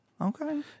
Okay